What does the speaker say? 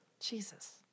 jesus